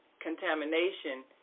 contamination